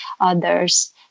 others